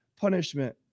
punishment